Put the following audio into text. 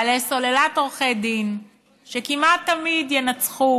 בעלי סוללת עורכי דין שכמעט תמיד ינצחו